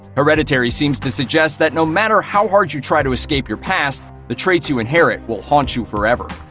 hereditary seems to suggest that no matter how hard you try to escape your past, the traits you inherit will haunt you forever.